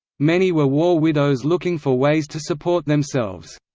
many were war widows looking for ways to support themselves.